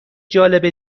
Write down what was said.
جالب